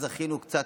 אז זכינו קצת,